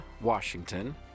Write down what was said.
Washington